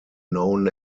known